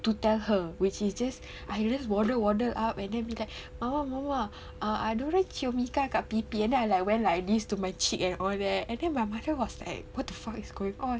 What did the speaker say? to tell her which is just I just waddle waddle up and then be like mama mama ah ada orang cium Iqah kat pipi and then I like went like this to my cheeks and all that and then my mother was like what the fuck is going on